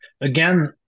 again